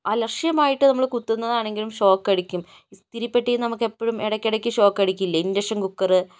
അലക്ഷ്യമായിട്ട് നമ്മൾ കുത്തുന്നതാണെങ്കിലും ഷോക്കടിക്കും ഇസ്തിരി പെട്ടിയിൽ നിന്ന് നമുക്കെപ്പോഴും ഇടക്കിടക്ക് ഷോക്കടിക്കില്ലേ ഇൻഡക്ഷൻ കുക്കർ